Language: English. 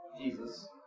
Jesus